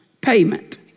payment